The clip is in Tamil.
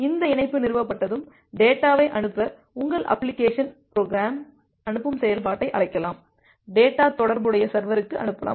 இந்த இணைப்பு நிறுவப்பட்டதும் டேட்டாவை அனுப்ப உங்கள் அப்ளிகேஷன் ப்ரோக்ராம் அனுப்பும் செயல்பாட்டை அழைக்கலாம் டேட்டா தொடர்புடைய சர்வருக்கு அனுப்பலாம்